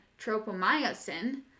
tropomyosin